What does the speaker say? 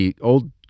old